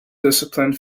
disciplined